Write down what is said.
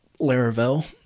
Laravel